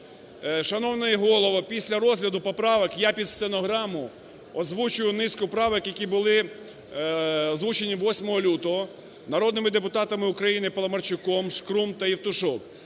Шановний Голово, після розгляду поправок, я під стенограму озвучу низку правок, які були озвучені 8 лютого народними депутатами України Паламарчуком, Шкрум та Євтушок,